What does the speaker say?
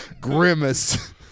Grimace